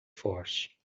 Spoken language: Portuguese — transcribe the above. forte